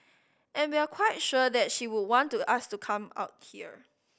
and we're quite sure that she would want to us to come out here